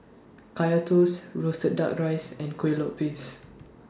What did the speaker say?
Kaya Toast Roasted Duck Rice and Kueh Lopes